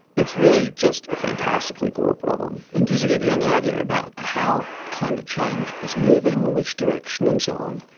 it's really just a fantastically cool problem. and does it give you any idea about how climate change is moving, which direction and so on?